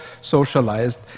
socialized